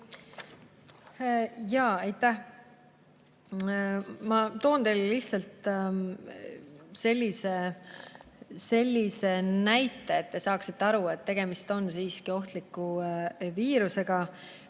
palun! Aitäh! Ma toon teile lihtsalt sellise näite, et te saaksite aru, et tegemist on siiski ohtliku viirusega.